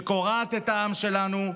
שקורעת את העם שלנו,